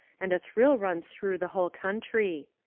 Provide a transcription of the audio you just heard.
and a thrill runs through the whole country.